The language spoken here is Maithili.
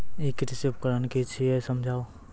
ई कृषि उपकरण कि छियै समझाऊ?